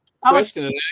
question